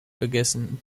vergessen